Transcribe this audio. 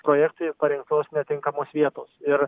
projektui parinktos netinkamos vietos ir